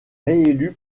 réélu